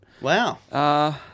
Wow